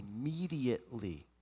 immediately